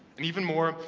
and even more,